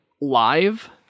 live